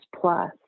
Plus